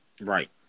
Right